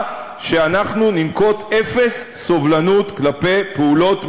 שאנחנו ננקוט אפס סובלנות כלפי פעולות,